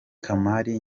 kamali